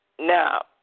Now